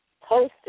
posted